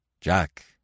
Jack